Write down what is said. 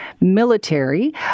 military